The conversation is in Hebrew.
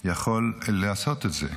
יכול לעשות את זה.